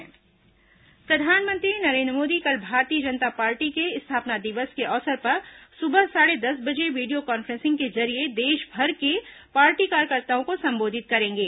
भाजपा स्थापना दिवस प्रधानमंत्री नरेन्द्र मोदी कल भारतीय जनता पार्टी के स्थापना दिवस के अवसर पर सुबह साढ़े दस बजे वीडियो कांफ्रेंस के जरिये देशभर के पार्टी कार्यकर्ताओं को संबोधित करेंगे